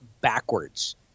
backwards